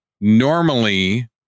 normally